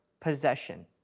possession